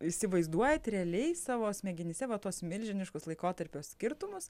įsivaizduojat realiai savo smegenyse va tuos milžiniškus laikotarpio skirtumus